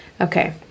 Okay